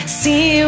see